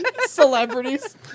Celebrities